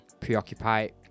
preoccupied